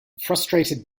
frustrated